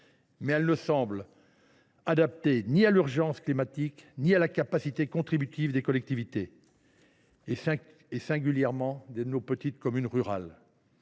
mais elle ne semble adaptée ni à l’urgence climatique ni à la capacité contributive des collectivités et singulièrement de nos petites communes rurales.